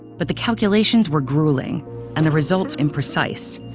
but the calculations were grueling and the results imprecise.